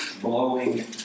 blowing